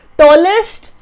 tallest